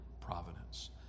providence